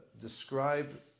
describe